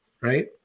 right